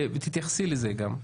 ותתייחסי לזה גם.